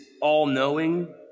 all-knowing